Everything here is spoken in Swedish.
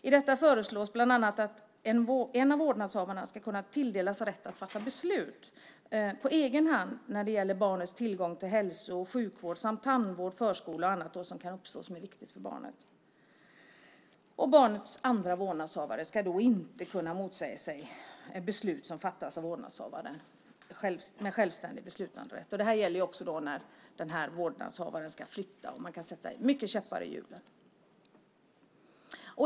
I detta föreslås bland annat att en av vårdnadshavarna ska kunna tilldelas rätt att fatta beslut på egen hand när det gäller barnets tillgång till hälso och sjukvård samt tandvård och förskola och andra frågor som kan uppstå som är viktiga för barnet. Barnets andra vårdnadshavare ska då inte kunna motsätta sig beslut som fattas av vårdnadshavaren med självständig beslutanderätt. Det här gäller också när den här vårdnadshavaren ska flytta. Man kan sätta många käppar i hjulen.